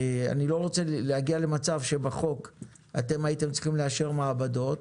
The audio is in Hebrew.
אני לא רוצה להגיע למצב שבחוק אתם הייתם צריכים לאשר מעבדות,